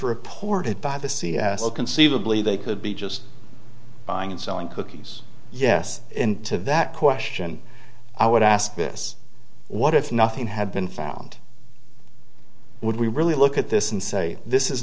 reported by the cia conceivably they could be just buying and selling cookies yes into that question i would ask this what if nothing had been found would we really look at this and say this is